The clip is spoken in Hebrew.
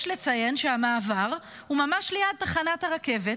יש לציין שהמעבר הוא ממש ליד בתחנת הרכבת